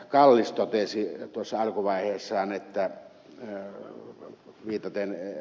kallis totesi tuossa alkuvaiheessa viitaten ed